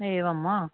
एवं वा